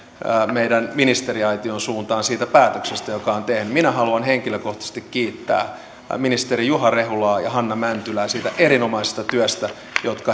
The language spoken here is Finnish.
meidän ministeriaitiomme suuntaan siitä päätöksestä joka on tehty minä haluan henkilökohtaisesti kiittää ministeri juha rehulaa ja ministeri hanna mäntylää siitä erinomaisesta työstä jonka